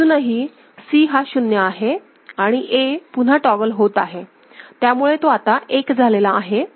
अजूनही ही C हा शून्य आहे आणि A पुन्हा टॉगल होत आहे त्यामुळे तो आता 1 झालेला आहे